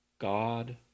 God